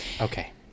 Okay